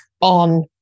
on